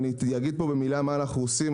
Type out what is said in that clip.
אני אגיד במילה מה אנחנו עושים.